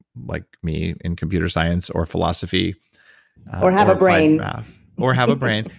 like me, and computer science or philosophy or have a brain or have a brain,